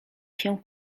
się